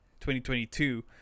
2022